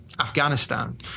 Afghanistan